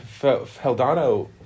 Feldano